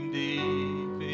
deep